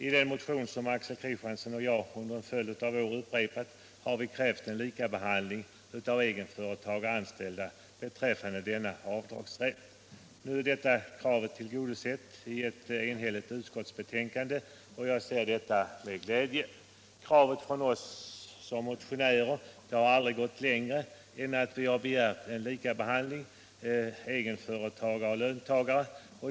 I den motion som Axel Kristiansson och jag under en följd av år upprepat har vi krävt en likabehandling av egenföretagare och anställda beträffande denna avdragsrätt. Nu är detta krav tillgodosett i ett enhälligt utskottsbetänkande och jag ser detta med tillfredsställelse. Kravet från oss som motionärer har aldrig gått längre än att vi har begärt en likabehandling av egenföretagare och löntagare.